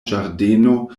ĝardeno